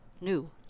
new